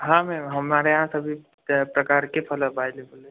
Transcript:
हाँ मैम हमारे यहाँ सभी प्रकार के फल अवाइलेबल हैं